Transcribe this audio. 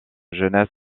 genès